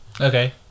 okay